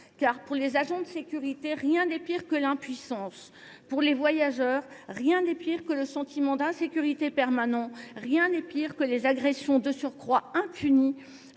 Pour les agents de sécurité, rien n’est pire que l’impuissance. Pour les voyageurs, rien n’est pire que le sentiment d’insécurité permanent, rien n’est pire que des agressions, de surcroît impunies